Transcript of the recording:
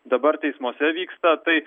dabar teismuose vyksta tai